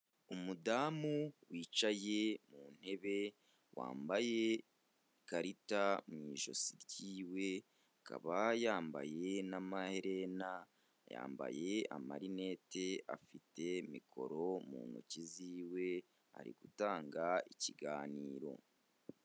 Umudamu wicaye mu ntebe, wambaye ikarita mu ijosi ry'iwe, akaba yambaye n'amaherena, yambaye amarinete, afite mikoro mu ntoki z'iwe, ari gutanga ikiganiro.